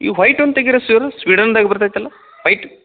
ಈ ವ್ಹೈಟ್ ಒಂದು ತೆಗೀರಿ ಸರ್ ಸ್ವೀಡನ್ದಾಗೆ ಬರ್ದೈತೆ ಅಲ್ಲ ವೈಟ್